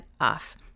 off